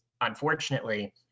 unfortunately